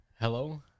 Hello